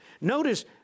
Notice